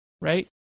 right